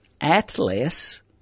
Atlas